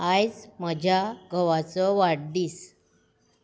आयज म्हज्या घोवाचो वाडदीस